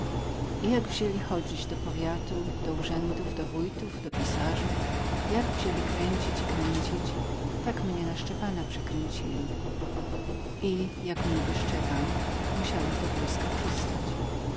jak wzięli chodzić do powiatu do urzędów do wójtów do pisarzów jak wzięli kręcić i kręcić tak mnie na szczepana przekręcili i jako niby szczepan musiałech do wojska przystać